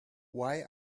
why